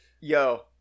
Yo